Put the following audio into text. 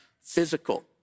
physical